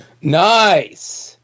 Nice